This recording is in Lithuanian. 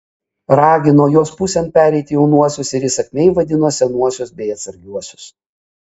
ragino jo pusėn pereiti jaunuosius ir įsakmiai vadino senuosius bei atsargiuosius